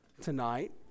tonight